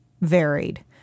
varied